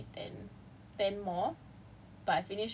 three four five six seven eight nine ten